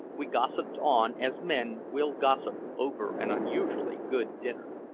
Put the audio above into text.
we gossiped on as men will gossip over an unusually good dinner.